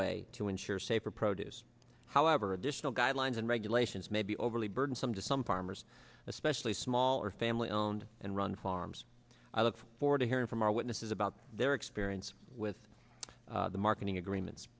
way to ensure safer produce however additional guidelines and regulations may be overly burdensome to some farmers especially smaller family owned and run farms i look forward to hearing from our witnesses about their experience with the marketing